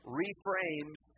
reframes